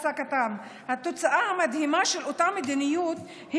התוצאה המדהימה של אותה מדיניות היא